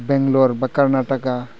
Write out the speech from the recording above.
बेंग्ल'र बा कर्नाटका